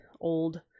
old